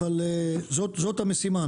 אבל זאת המשימה,